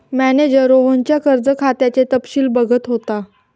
manager रोहनच्या कर्ज खात्याचे तपशील बघत होता